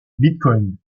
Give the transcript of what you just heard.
bitcoin